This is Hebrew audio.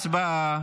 הצבעה.